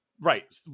Right